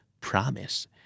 promise